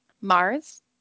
Mars